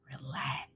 relax